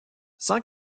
sans